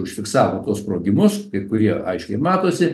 užfiksavo tuos sprogimus kai kurie aiškiai matosi